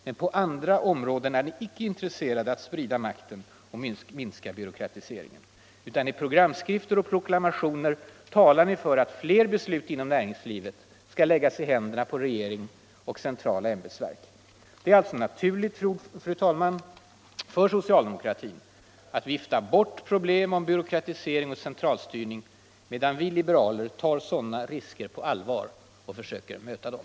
Men på andra områden är ni icke intresserade av att sprida makten och minska byråkratiseringen. I programskrifter och proklamationer talar ni för att fler beslut inom närings livet skall läggas i händerna på regeringen och centrala ämbetsverk. Det är alltså naturligt för socialdemokratin att vifta bort problem om byråkratisering och centralstyrning, medan vi liberaler tar sådana risker på allvar och försöker möta dem.